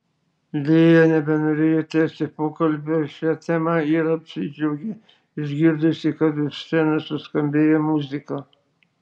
lėja nebenorėjo tęsti pokalbio šia tema ir apsidžiaugė išgirdusi kad už scenos suskambėjo muzika